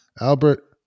Albert